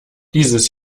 dieses